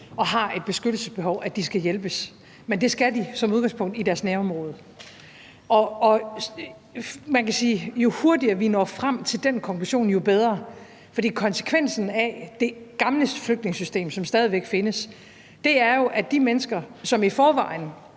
og har et beskyttelsesbehov, skal de hjælpes, men det skal de som udgangspunkt i deres nærområde. Og man kan sige, at jo hurtigere vi når frem til den konklusion, jo bedre. For konsekvensen af det gamle flygtningesystem, som stadig væk findes, er jo, at de mennesker, som i forvejen